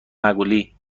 مگولی